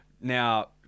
now